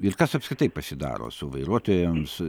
ir kas apskritai pasidaro su vairuotojoms